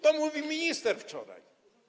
To mówił minister wczoraj.